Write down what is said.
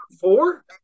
Four